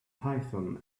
python